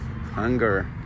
hunger